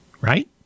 right